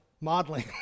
modeling